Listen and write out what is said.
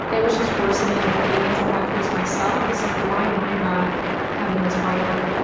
it was just worsening the feelings i had towards myself. it's like, why am i not having this body? like,